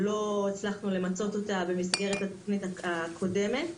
הצלחנו למצות אותה במסגרת התוכנית הקודמת,